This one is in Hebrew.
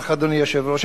אדוני היושב-ראש.